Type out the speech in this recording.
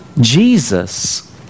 Jesus